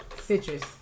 Citrus